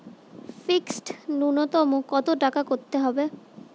Fixed নুন্যতম কত টাকা করতে হবে?